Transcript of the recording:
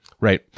Right